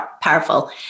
powerful